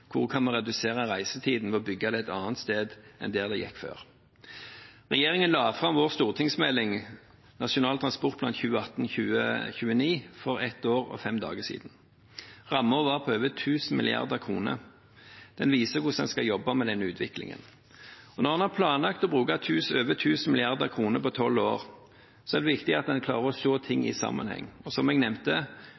Hvor kan vi redusere reisetiden ved å bygge infrastrukturen et annet sted enn der den gikk før? Regjeringen la fram Meld. St. 33, Nasjonal transportplan 2018–2029, for et år og fem dager siden. Rammen var på over 1 000 mrd. kr. Den viser hvordan man skal jobbe med utviklingen. Når man har planlagt å bruke over 1 000 mrd. kr på tolv år, er det viktig at man klarer å se ting